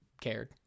cared